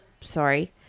sorry